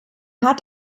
hat